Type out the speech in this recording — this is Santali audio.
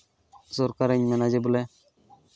ᱥᱚᱨᱠᱟᱨᱤᱧ ᱢᱮᱱᱟ ᱡᱮ ᱵᱚᱞᱮ